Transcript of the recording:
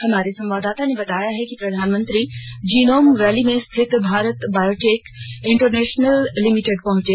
हमारी संवाददाता ने बताया है कि प्रधानमंत्री जिनोम वैली में रिथित भारत बायोटेक इंटरनेशनल लिमिटेड पहुंचे